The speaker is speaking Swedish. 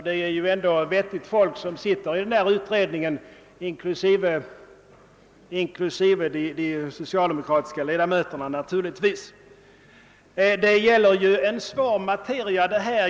Det är ändå vettigt folk som sitter i utredningen, inklusive de socialdemokratiska ledamöterna naturligtvis.